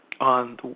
on